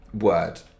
word